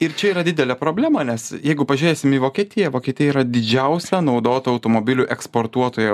ir čia yra didelė problema nes jeigu pažiūrėsim į vokietiją vokietija yra didžiausia naudotų automobilių eksportuotoja